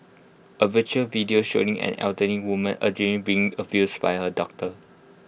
A viral video showing an elderly woman allegedly being abused by her daughter